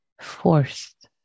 forced